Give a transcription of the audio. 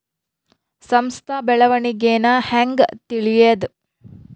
ಸಂಸ್ಥ ಬೆಳವಣಿಗೇನ ಹೆಂಗ್ ತಿಳ್ಯೇದು